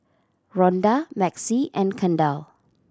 Rhonda Maxie and Kendall